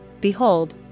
behold